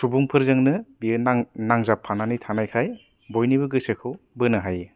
सुबुं फोरजोंनो बियो नांजाबफानानै थानायखाय बयनिबो गोसोखौ बोनो हायो